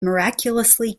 miraculously